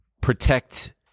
protect